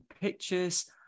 pictures